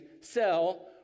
sell